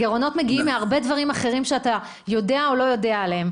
הגרעונות מגיעים מהרבה דברים אחרים שאתה יודע או לא יודע עליהם.